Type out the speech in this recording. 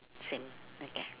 same okay